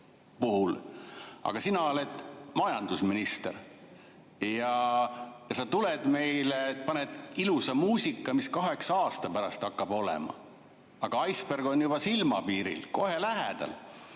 Sina oled majandusminister ja sa paned meile [peale] ilusa muusika, et mis kaheksa aasta pärast hakkab olema. Agaicebergon juba silmapiiril, kohe lähedal.